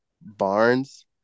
Barnes